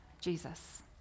Jesus